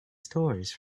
stories